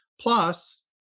plus